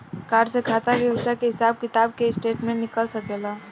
Card से खाता के पइसा के हिसाब किताब के स्टेटमेंट निकल सकेलऽ?